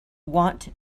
want